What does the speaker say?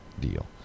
deal